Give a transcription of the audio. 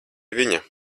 viņa